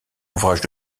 ouvrage